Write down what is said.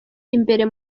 imbere